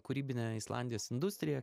kūrybinę islandijos industriją